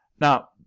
now